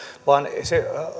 vaan kun se